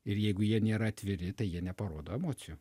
ir jeigu jie nėra atviri tai jie neparodo emocijų